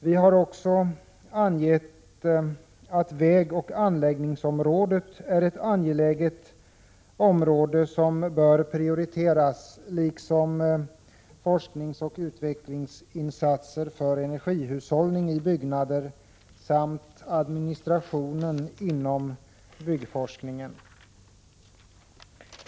Vi har också angett att vägoch anläggningsområdet är ett angeläget område som bör prioriteras, liksom forskningsoch utvecklingsinsatser för energihushållning i byggnader samt administrationen inom byggforskningen.